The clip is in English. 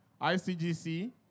ICGC